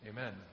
amen